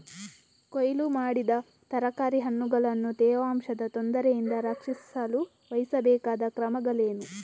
ಕೊಯ್ಲು ಮಾಡಿದ ತರಕಾರಿ ಹಣ್ಣುಗಳನ್ನು ತೇವಾಂಶದ ತೊಂದರೆಯಿಂದ ರಕ್ಷಿಸಲು ವಹಿಸಬೇಕಾದ ಕ್ರಮಗಳೇನು?